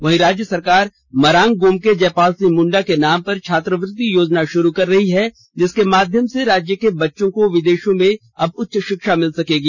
वहीं राज्य सरकार मरांग गोमके जयपाल सिंह मुंडा के नाम पर छात्रवृत्ति योजना शुरू कर रही है जिसके माध्यम से राज्य के बच्चों को विदेशों में अब उच्च शिक्षा मिल सकेगी